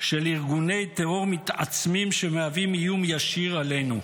של ארגוני טרור מתעצמים שמהווים איום ישיר עלינו.